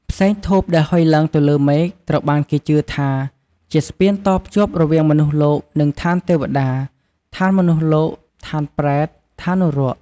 ផ្សែងធូបដែលហុយឡើងទៅលើមេឃ ត្រូវបានគេជឿថាជា ស្ពានតភ្ជាប់រវាងមនុស្សលោក នឹង ឋានទេវតា ឋានមនុស្សលោក ឋានប្រេត ឋាននរក។